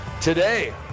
Today